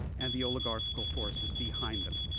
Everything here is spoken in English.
and the oligarchical forces behind them.